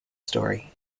story